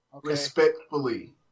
Respectfully